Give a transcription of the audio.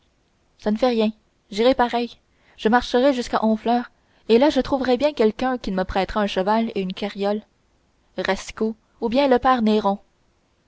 ça ne fait rien j'irai pareil je marcherai jusqu'à honfleur et là je trouverai bien quelqu'un qui me prêtera un cheval et une carriole racicot ou bien le père néron